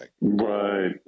Right